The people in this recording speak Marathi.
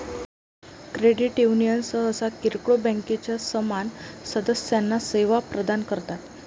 क्रेडिट युनियन सहसा किरकोळ बँकांच्या समान सदस्यांना सेवा प्रदान करतात